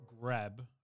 grab